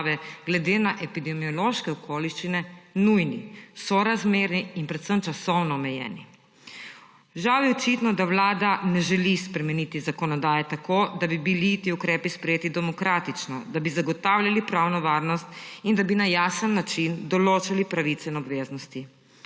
glede na epidemiološke okoliščine nujni, sorazmerni in predvsem časovno omejeni. Žal je očitno, da Vlada ne želi spremeniti zakonodaje tako, da bi bili ti ukrepi sprejeti demokratično, da bi zagotavljali pravno varnost in da bi na jasen način določali pravice in obveznosti.